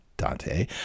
Dante